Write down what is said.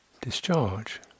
discharge